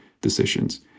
decisions